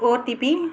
OTP